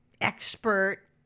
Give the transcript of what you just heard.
expert